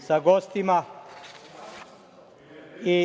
sa gostima. Bilo